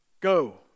go